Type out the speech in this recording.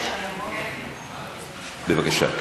בבקשה.